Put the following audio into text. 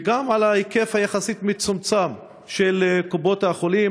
וגם ההיקף המצומצם יחסית של קופות-החולים.